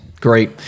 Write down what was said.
Great